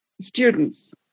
students